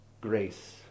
grace